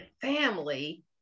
family